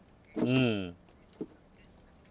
mm